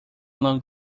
along